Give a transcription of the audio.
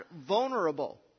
vulnerable